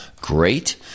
Great